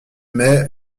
mai